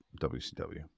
wcw